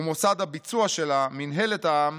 ומוסד הביצוע שלה, מנהלת העם,